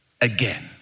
Again